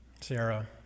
Sarah